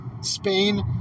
Spain